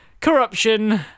Corruption